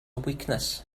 weakness